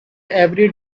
every